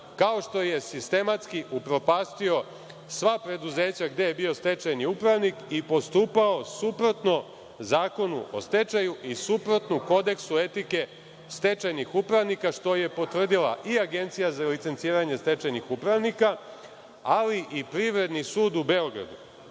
Kao što je sistematski upropastio sva preduzeća gde je bio stečajni upravnik i postupao suprotno Zakonu o stečaju i suprotno kodeksu etike stečajnih upravnika, što je potvrdila i Agencija za licenciranje stečajnih upravnika, ali i Privredni sud u Beogradu. Prema